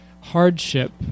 hardship